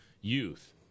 youth